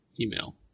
email